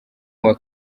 uwa